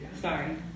Sorry